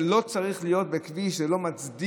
זה לא צריך להיות בכביש, זה לא מצדיק.